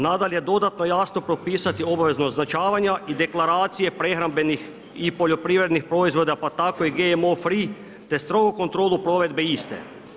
Nadalje dodatno jasno propisati obaveznost označavanja i deklaracije prehrambenih i poljoprivrednih proizvoda, pa tako i GMO free, te strogu kontrolu plovidbe iste.